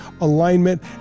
alignment